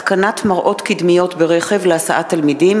(התקנת מראות קדמיות ברכב להסעת תלמידים),